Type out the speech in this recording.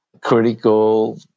critical